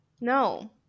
no